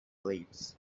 blades